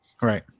Right